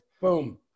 Boom